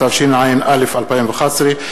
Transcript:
התשע"א 2011,